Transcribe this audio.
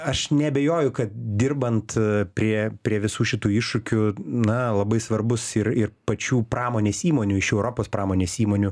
aš neabejoju kad dirbant prie prie visų šitų iššūkių na labai svarbus ir ir pačių pramonės įmonių iš europos pramonės įmonių